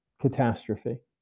catastrophe